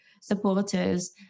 supporters